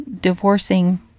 divorcing